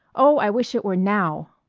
oh, i wish it were now.